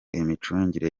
imicungire